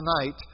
tonight